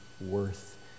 worth